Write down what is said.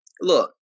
look